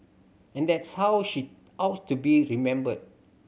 and that's how she ought to be remembered